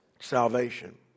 salvation